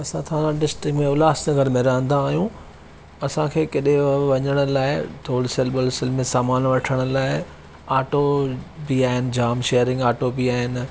असां थाणा डिस्ट्रिक्ट में उल्हासनगर में रहिंदा आहियूं असांखे केॾे वञणु लाइ थोरो सेल भले सेल में समानु वठणु लाए ऑटो ॿि आहिनि जामु शेयरिंग ऑटो ॿि आहिनि